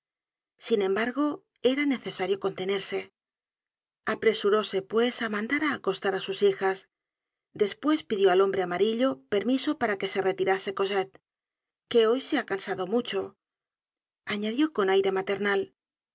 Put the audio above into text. sin embargo éra necesario contenerse apresuróse pues á mandar acostar a sus hijas despues pidió al hombre amarillo permiso para que se retirase cosette que hoy se ha cansado mucho añadió con aire maternal